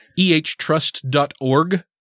ehtrust.org